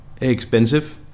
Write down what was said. expensive